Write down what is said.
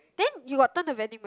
then you got turn the vending machine